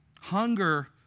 Hunger